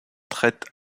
traite